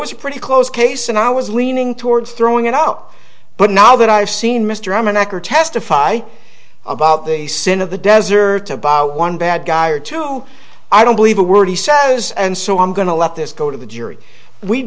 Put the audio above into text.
a pretty close case and i was leaning towards throwing it up but now that i've seen mr rahman ecker testify about the sin of the desert about one bad guy or two i don't believe a word he says and so i'm going to let this go to the jury we'd